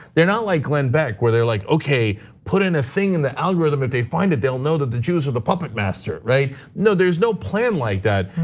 they're not like glenn beck where they're, like okay, put in a thing in the algorithm. if they find it, they'll know that the jews are the puppet master, right? no, there's no plan like that.